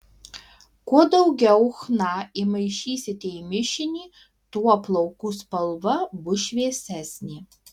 kuo daugiau chna įmaišysite į mišinį tuo plaukų spalva bus šviesesnė